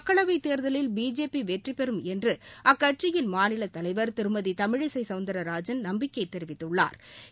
மக்களவைத் தேர்தலில் பிஜேபி வெற்றிபெறும் என்று அக்கட்சியின் மாநில தலைவர் திருமதி தமிழிசை சௌந்தா்ராஜன் நம்பிக்கை தெரிவித்துள்ளாா்